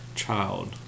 child